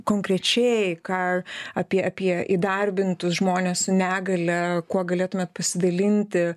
konkrečiai ką apie apie įdarbintus žmones su negalia kuo galėtumėt pasidalinti